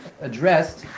addressed